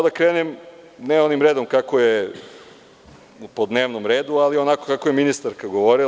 Da krenem ne onim redom kako je po dnevnom redu, ali onako kako je ministarka govorila.